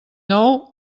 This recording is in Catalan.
nou